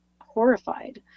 horrified